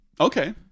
Okay